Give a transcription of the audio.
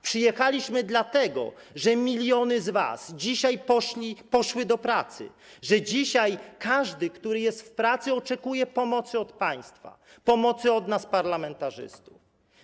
Przyjechaliśmy dlatego, że miliony z was dzisiaj poszły do pracy, że dzisiaj każdy, kto jest w pracy, oczekuje pomocy od państwa, pomocy od nas, parlamentarzystów.